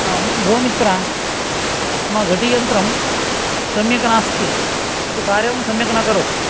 आम् भो मित्र मम घटीयन्त्रं सम्यक् नास्ति तत् कार्यं सम्यक् न करोति